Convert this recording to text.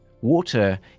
water